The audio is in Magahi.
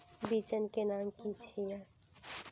बिचन के नाम की छिये?